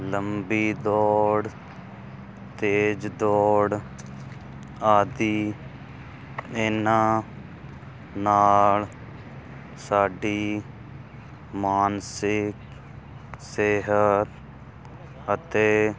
ਲੰਬੀ ਦੌੜ ਤੇਜ਼ ਦੌੜ ਆਦਿ ਇਹਨਾਂ ਨਾਲ ਸਾਡੀ ਮਾਨਸਿਕ ਸਿਹਤ ਅਤੇ